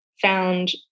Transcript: found